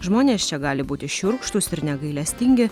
žmonės čia gali būti šiurkštūs ir negailestingi